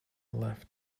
left